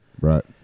Right